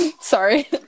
Sorry